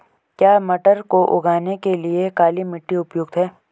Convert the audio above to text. क्या मटर को उगाने के लिए काली मिट्टी उपयुक्त है?